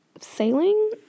sailing